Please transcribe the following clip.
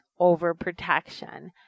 overprotection